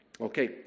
okay